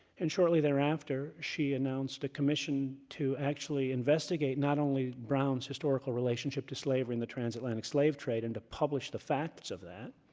and shortly thereafter, she announced a commission to actually investigate not only brown's historical relationship to slavery in the transatlantic slave trade, and to publish the facts of that,